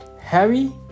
Harry